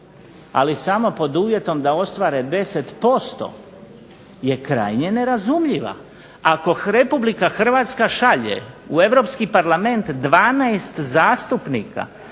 ali samo pod uvjetom da ostvare 10% je krajnje nerazumljiva. Ako RH šalje u Europski parlament 12 zastupnika